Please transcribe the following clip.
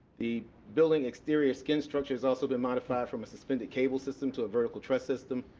the building exterior skin structure has also been modified from a suspended cable system to a vertical truss system.